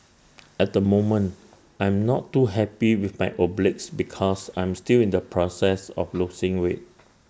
at the moment I am not too happy with my obliques because I am still in the process of losing weight